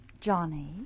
Johnny